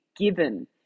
given